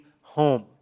home